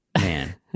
man